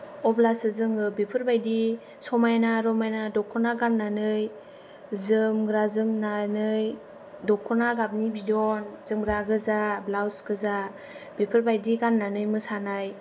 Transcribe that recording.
अब्लासो जोङो बेफोरबादि समायना रमायना दख'ना गाननानै जोमग्रा जोमनानै दख'ना गावनि बिदन जोमग्रा गोजा ब्लाउस गोजा बेफोरबादि गाननानै मोसानाय